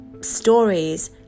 stories